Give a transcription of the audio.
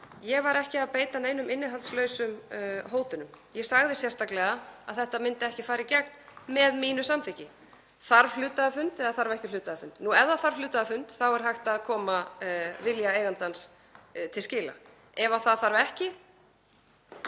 Ég var ekki að beita neinum innihaldslausum hótunum. Ég sagði sérstaklega að þetta myndi ekki fara í gegn með mínu samþykki. Þarf hluthafafund eða þarf ekki hluthafafund? Nú, ef það þarf hluthafafund þá er hægt að koma vilja eigandans til skila. Ef það þarf ekki,